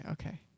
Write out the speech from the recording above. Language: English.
Okay